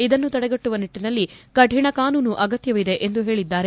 ಇದನ್ನು ತಡೆಗಟ್ಟುವ ನಿಟ್ಟನಲ್ಲಿ ಕಠಿಣ ಕಾನೂನು ಅಗತ್ಯವಿದೆ ಎಂದು ಹೇಳಿದ್ದಾರೆ